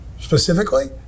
specifically